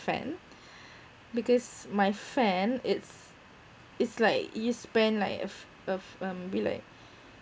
fan because my fan it's it's like it spend like of of um maybe like